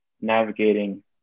navigating